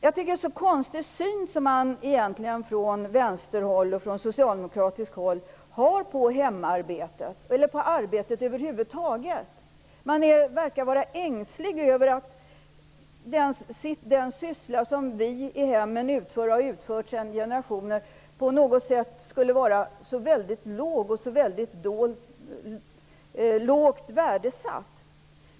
Från Vänsterpartiets och Socialdemokraternas sida har man en konstig syn på hemarbete eller på arbete över huvud taget. Man verkar vara ängslig över att den syssla som vi utför i hemmet, och så har gjort sedan generationer tillbaka, skulle vara ytterst lågt värderad.